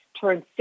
turned